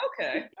Okay